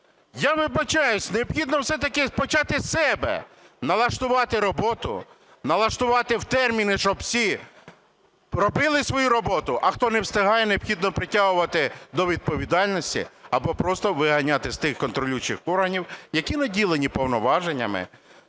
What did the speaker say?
Я вибачаюся, необхідно все-таки почати з себе: налаштувати роботу, налаштувати в терміни, щоб всі робили свою роботу. А хто не встигає, необхідно притягувати до відповідальності або просто виганяти з тих контролюючих органів, які наділені повноваженнями